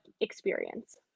experience